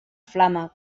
flama